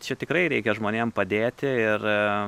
čia tikrai reikia žmonėm padėti ir